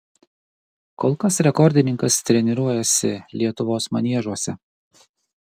kol kas rekordininkas treniruojasi lietuvos maniežuose